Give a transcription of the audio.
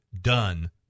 done